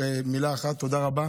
מילה אחת: תודה רבה